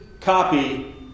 copy